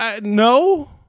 No